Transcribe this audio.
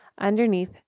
underneath